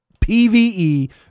PVE